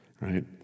right